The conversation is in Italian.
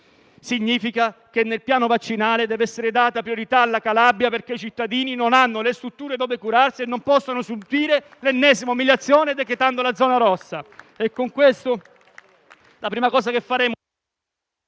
significa che nel piano vaccinale deve essere data priorità alla Calabria, perché i cittadini non hanno le strutture dove curarsi e non possono subire l'ennesima umiliazione decretando la zona rossa.